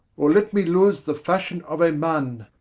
or let me loose the fashion of a man